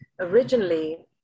originally